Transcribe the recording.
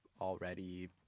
already